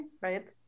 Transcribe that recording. right